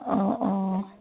অঁ অঁ